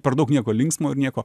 per daug nieko linksmo ir nieko